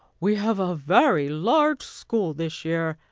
we have a very large school this year,